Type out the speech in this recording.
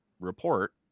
report